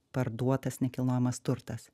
parduotas nekilnojamas turtas